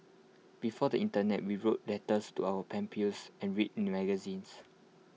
before the Internet we wrote letters to our pen pals and read magazines